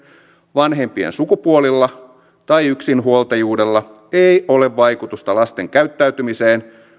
vanhempien sukupuolilla tai yksinhuoltajuudella ei ole vaikutusta lasten käyttäytymiseen